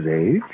age